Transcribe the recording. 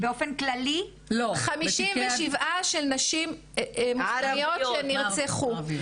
57 של נשים מוסלמיות שנרצחו.